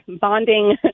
bonding